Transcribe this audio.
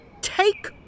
Take